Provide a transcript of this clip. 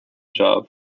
job